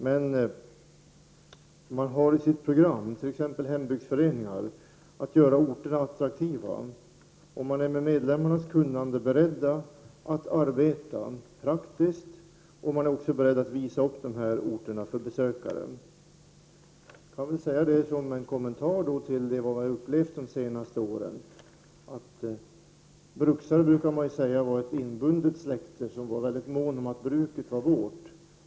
Men enligt sina program skall de — t.ex. hembygdsföreningar — göra orterna attraktiva, och de är med medlemmarnas kunnande beredda att arbeta praktiskt och visa upp de här orterna för besökare. Jag vill göra en kommentar till vad vi har upplevt de senaste åren. ”Bruksare”, brukar man ju säga, var ett inbundet släkte och var mycket måna om att ”bruket var vårt”.